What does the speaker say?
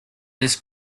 this